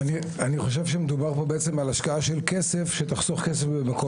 אני חושב שמדובר פה על השקעה של כסף שתחסוך כסף במקום אחר.